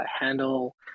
handle